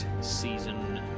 season